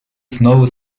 знову